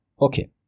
okay